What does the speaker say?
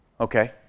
Okay